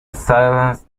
silence